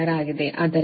ಆದ್ದರಿಂದ 1507